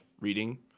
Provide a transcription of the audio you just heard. reading